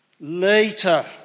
Later